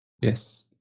yes